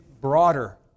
broader